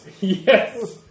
Yes